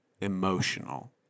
emotional